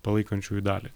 palaikančiųjų dalį